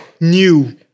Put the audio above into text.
new